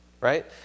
Right